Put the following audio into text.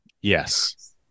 yes